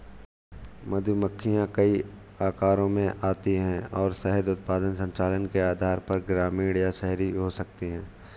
मधुमक्खियां कई आकारों में आती हैं और शहद उत्पादन संचालन के आधार पर ग्रामीण या शहरी हो सकती हैं